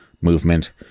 movement